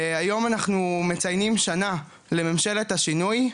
היום אנחנו מציינים שנה לממשלת השינוי,